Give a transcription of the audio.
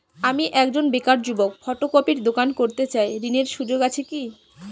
আমি একজন বেকার যুবক ফটোকপির দোকান করতে চাই ঋণের সুযোগ আছে কি?